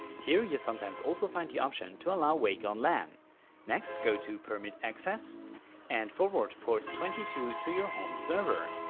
here you sometimes also find the option to allow wake-on-lan. next, go to permit access and forward port twenty two to your home server.